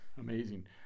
Amazing